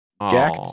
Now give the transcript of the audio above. Jack